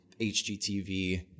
HGTV